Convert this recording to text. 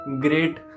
great